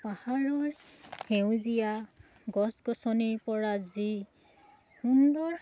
পাহাৰৰ সেউজীয়া গছ গছনিৰ পৰা যি সুন্দৰ